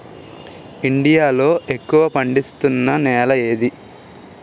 India లో ఎక్కువ పండిస్తున్నా నేల ఏది?